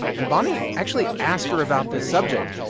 and bonnie actually asked her about this subject.